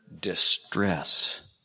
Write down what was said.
distress